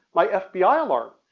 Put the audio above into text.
my fbi alarm,